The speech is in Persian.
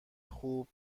خوب